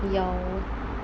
ya